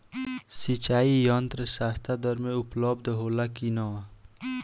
सिंचाई यंत्र सस्ता दर में उपलब्ध होला कि न?